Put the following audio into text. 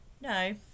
No